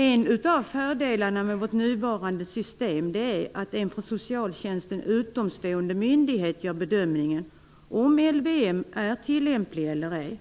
En av fördelarna med vårt nuvarande system är att en från socialtjänsten utomstående myndighet gör bedömningen om LVM är tillämplig eller ej.